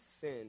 sin